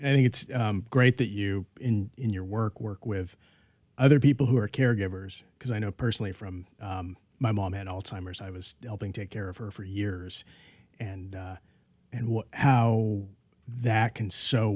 and i think it's great that you in your work work with other people who are caregivers because i know personally from my mom had alzheimer's i was helping take care of her for years and and how that can s